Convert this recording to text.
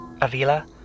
Avila